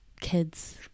kids